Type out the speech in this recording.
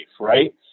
right